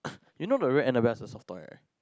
you know the real Annabelle is a soft toy right